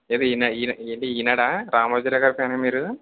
ఏది ఈ ఈ ఏండి ఈనాడా రామోజీరావుగారి ఫ్యానా మీరు